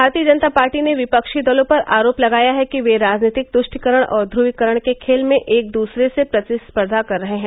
भारतीय जनता पार्टी ने विपक्षी दलों पर आरोप लगाया है कि वे राजनीतिक तुष्टिकरण और ध्रवीकरण के खेल में एक दूसरे से स्पर्वा कर रहे हैं